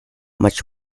much